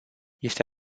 este